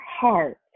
Heart